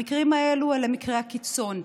המקרים האלו אלה מקרי הקיצון.